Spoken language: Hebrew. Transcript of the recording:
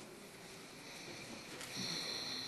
בבקשה.